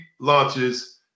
launches